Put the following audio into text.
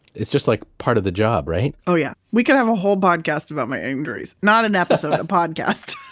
it's just like part of the job, right? oh yeah. we could have a whole podcast about my injuries, not an episode, a podcast